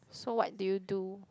so what do you do